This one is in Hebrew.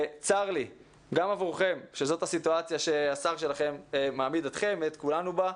וצר לי גם עבורכם שזאת הסיטואציה שהשר שלכם מעמיד אתכם ואת כולנו בה.